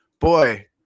boy